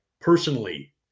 personally